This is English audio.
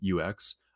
UX